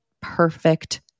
perfect